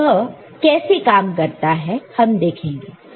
तो वह कैसे काम करता है हम देखेंगे